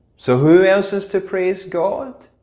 so who else is to praise god?